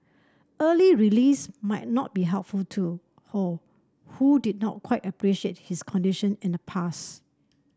early release might not be helpful to Ho who did not quite appreciate his condition in the past